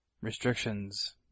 restrictions